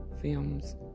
Films